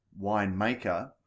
winemaker